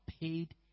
paid